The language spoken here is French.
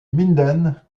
minden